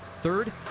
Third